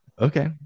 Okay